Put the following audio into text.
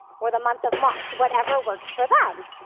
or the month of march, whatever works for them.